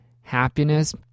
happiness